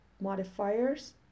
modifiers